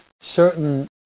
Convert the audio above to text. certain